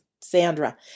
Sandra